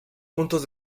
puntos